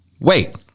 wait